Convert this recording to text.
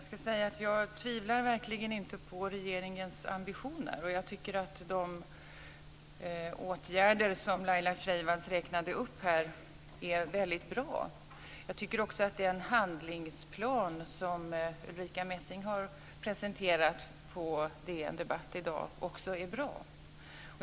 Fru talman! Jag tvivlar verkligen inte på regeringens ambitioner, och jag tycker att de åtgärder som Laila Freivalds räknade upp är väldigt bra. Jag tycker också att den handlingsplan som Ulrica Messing har presenterat på DN Debatt i dag är bra.